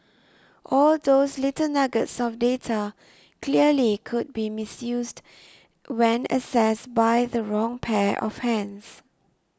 all those little nuggets of data clearly could be misused when accessed by the wrong pair of hands